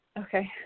Okay